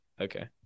okay